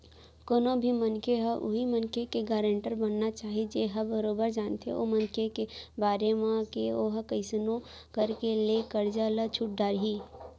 कोनो भी मनखे ह उहीं मनखे के गारेंटर बनना चाही जेन ह बरोबर जानथे ओ मनखे के बारे म के ओहा कइसनो करके ले करजा ल छूट डरही